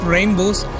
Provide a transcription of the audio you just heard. Rainbows